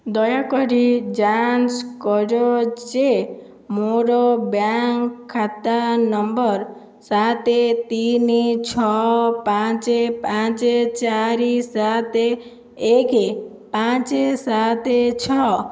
ଦୟାକରି ଯାଞ୍ଚ କର ଯେ ମୋର ବ୍ୟାଙ୍କ୍ ଖାତା ନମ୍ବର ସାତ ତିନି ଛଅ ପାଞ୍ଚ ପାଞ୍ଚ ଚାରି ସାତ ଏକ ପାଞ୍ଚ ସାତ ଛଅ